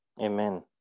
amen